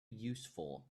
useful